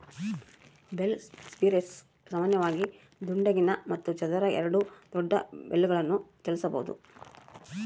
bale spears ಸಾಮಾನ್ಯವಾಗಿ ದುಂಡಗಿನ ಮತ್ತು ಚದರ ಎರಡೂ ದೊಡ್ಡ ಬೇಲ್ಗಳನ್ನು ಚಲಿಸಬೋದು